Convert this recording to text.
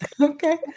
Okay